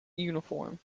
uniform